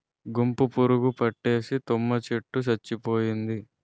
గుంపు పురుగు పట్టేసి తుమ్మ చెట్టు సచ్చిపోయింది